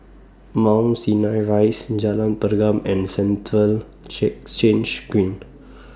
Mount Sinai Rise Jalan Pergam and Central Change Green